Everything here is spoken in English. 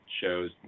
shows